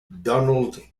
donald